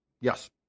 Yes